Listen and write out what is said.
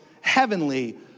heavenly